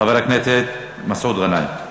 חבר הכנסת מסעוד גנאים.